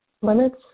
limits